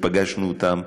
ופגשנו אותם,